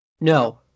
No